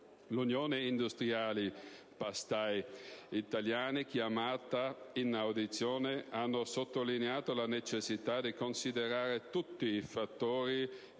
L'Unione industriali pastai italiani, ascoltata in audizione, ha sottolineato la necessità di considerare tutti i fattori